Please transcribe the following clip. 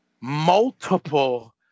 multiple